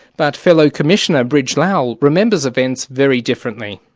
but fellow commissioner brij lal remembers events very differently.